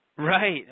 Right